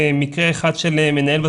מקרה אחד של מנהל ...